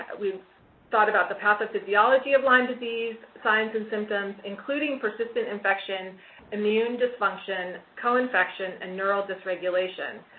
we thought about the pathophysiology of lyme disease signs and symptoms, including persistent infection immune disfunction co-infection and neural dysregulation.